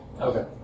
Okay